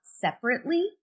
separately